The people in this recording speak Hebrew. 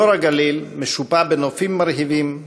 אזור הגליל משופע בנופים מרהיבים,